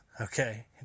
Okay